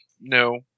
No